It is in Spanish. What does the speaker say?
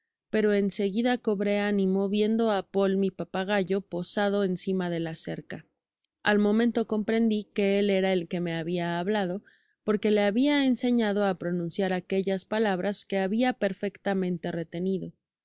pero en seguida cobré ánimo viendo á poli mi papagayo posado encima de la cerca al momento comprendi que él era el que me habia hablado porque le habia enseñado á pronunciar aquellas palabras que babia perfectamente retenido con